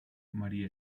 maría